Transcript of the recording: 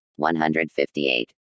158